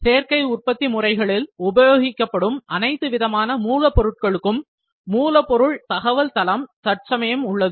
சேர்க்கை உற்பத்தி முறைகளில் உபயோகிக்கப்படும் அனைத்து விதமான மூலப்பொருட்களுக்கும் மூலப்பொருள் தகவல்தளம் தற்சமயம் உள்ளது